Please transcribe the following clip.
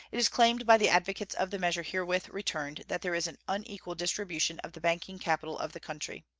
it is claimed by the advocates of the measure herewith returned that there is an unequal distribution of the banking capital of the country.